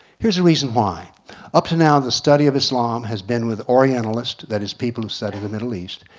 here's a reason why up to now the study of islam has been with orientalists, that is people who study the middle east,